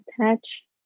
attach